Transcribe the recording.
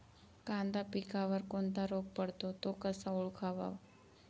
कांदा पिकावर कोणता रोग पडतो? तो कसा ओळखावा?